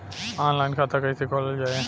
Online खाता कईसे खोलल जाई?